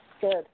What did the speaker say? Good